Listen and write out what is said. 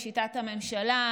לשיטת הממשלה,